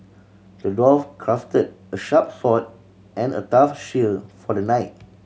the dwarf crafted a sharp sword and a tough shield for the knight